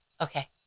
okay